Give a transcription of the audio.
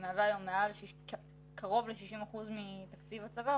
שמהווה היום קרוב ל-60% מתקציב הצבא,